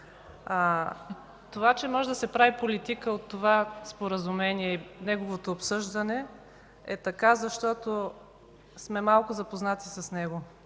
Това че може да се прави политика от това Споразумение и неговото обсъждане е така, защото сме малко запознати с него.